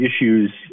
issues